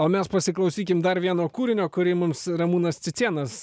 o mes pasiklausykim dar vieno kūrinio kurį mums ramūnas cicėnas